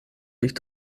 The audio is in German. sich